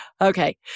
Okay